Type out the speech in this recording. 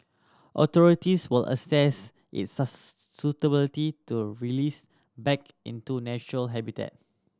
authorities will assess its suitability to released back into natural habitat